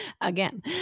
Again